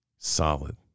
solid